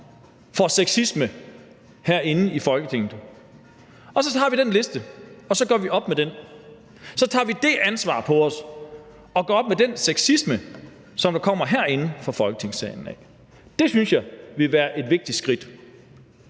for sexisme, herinde i Folketinget. Og så har vi den liste, og så gør vi op med den. Så tager vi det ansvar på os og gør op med den sexisme, der kommer inde fra Folketingssalen. Det synes jeg vil være et vigtigt skridt.